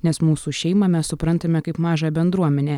nes mūsų šeimą mes suprantame kaip mažą bendruomenę